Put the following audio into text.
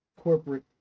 corporate